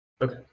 Okay